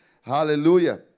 Hallelujah